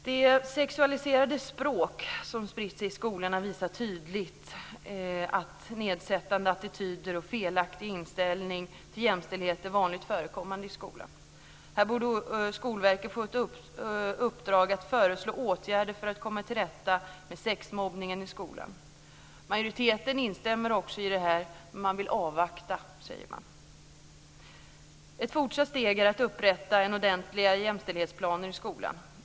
Det sexualiserade språk som spritt sig i skolorna visar tydligt att nedsättande attityder och felaktig inställning till jämställdhet är vanligt förekommande i skolan. Här borde Skolverket få i uppdrag att föreslå åtgärder för att komma till rätta med sexmobbningen i skolan. Majoriteten instämmer också i det, men man säger att man vill avvakta. Ett fortsatt steg är att upprätta ordentligare jämställdhetsplaner i skolan.